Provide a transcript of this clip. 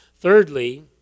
Thirdly